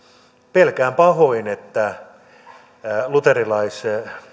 pelkään pahoin että luterilaisen